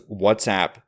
WhatsApp